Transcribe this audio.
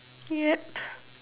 yup